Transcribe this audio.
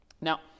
Now